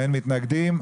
אין מתנגדים.